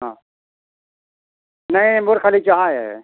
ହଁ ନାହିଁ ଆଜ୍ଞା ମୋର୍ ଖାଲି ଚାହା ଏ